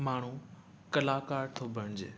माण्हू कलाकार थो बणिजे